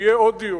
שיהיה עוד דיון.